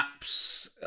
apps